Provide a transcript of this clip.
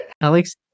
alex